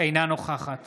אינה נוכחת